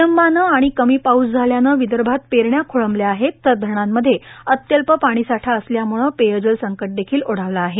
विलंबानं आणि कमी पाऊस झाल्यानं विदर्भात पेरण्या खोळंबल्या आहेत तर धरणांमध्ये अत्यल्प पाणीसाठा असल्यामुळं पेयजल संकट देखिल ओढावलं आहे